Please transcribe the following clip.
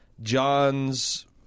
John's